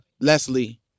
Leslie